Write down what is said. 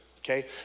Okay